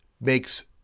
makes